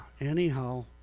anyhow